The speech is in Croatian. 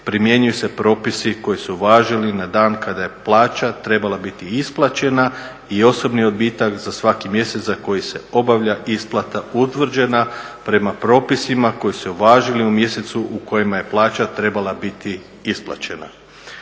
primjenjuju se propisi koji su važili na dan kada je plaća trebala biti isplaćena i osobni odbitak za svaki mjesec za koji se obavlja isplata utvrđena prema propisima koji su se uvažili u mjesecu u kojima je plaća trebala biti isplaćena.